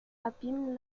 abîme